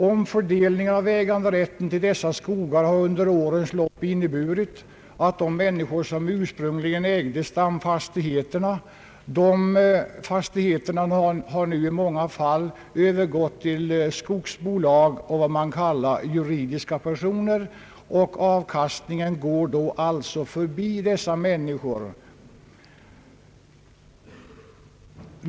Den omfördelning av äganderätten till skogar som under årens lopp ägt rum har inneburit att stamfastigheter, som ursprungligen tillhörde enskilda ortsbor, övergått till skogsbolag, dvs. vad man kallar juridiska personer. Avkastningen från allmänningsskogarna går då förbi dessa ortsbor.